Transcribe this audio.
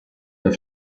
der